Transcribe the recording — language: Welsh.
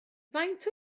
faint